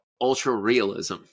ultra-realism